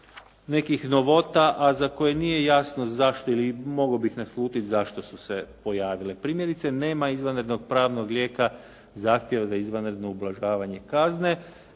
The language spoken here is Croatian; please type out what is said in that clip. nekih novota, a za koje nije jasno zašto ili mogao bih naslutiti zašto su se pojavile. Primjerice nema izvanrednog pravnog lijeka, zahtjeva za izvanredno ublažavanje kazne.